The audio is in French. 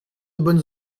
bonnes